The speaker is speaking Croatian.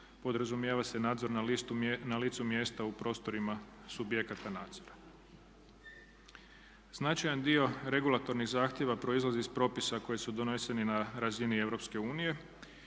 podrazumijeva se nadzor na licu mjesta u prostorima subjekata nadzora. Značajan dio regulatornih zahtjeva proizlazi iz propisa koji su doneseni na razini EU